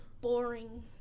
boring